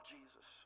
Jesus